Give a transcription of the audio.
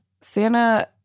Santa